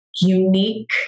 unique